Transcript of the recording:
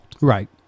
Right